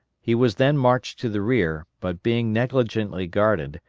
he was then marched to the rear, but being negligently guarded,